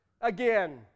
again